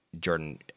Jordan